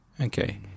Okay